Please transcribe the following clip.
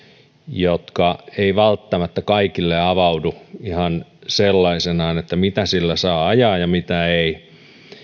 jotka eivät välttämättä kaikille avaudu ihan sellaisenaan että mitä sillä saa ajaa ja mitä ei